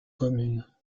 commune